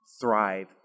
thrive